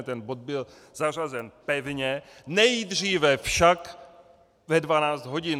Ten bod byl zařazen pevně, nejdříve však ve 12 hodin!